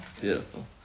Beautiful